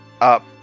up